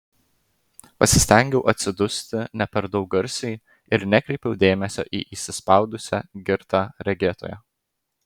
pasistengiau atsidusti ne per daug garsiai ir nekreipiau dėmesio į įsispaudusią girtą regėtoją